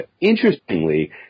Interestingly